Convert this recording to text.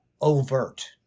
overt